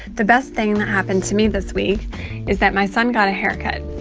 the best thing that happened to me this week is that my son got a haircut.